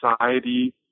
society